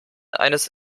eines